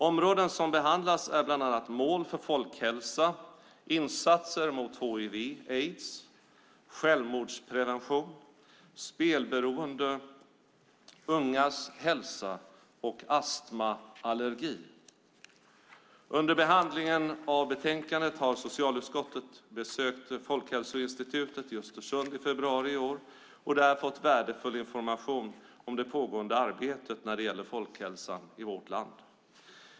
Områden som behandlas är bland annat mål för folkhälsa, insatser mot hiv/aids, självmordsprevention, spelberoende, ungas hälsa samt astma och allergi. Under behandlingen av betänkandet har socialutskottet besökt Folkhälsoinstitutet i Östersund i februari i år och där fått värdefull information om det pågående arbetet när det gäller folkhälsan i vårt land.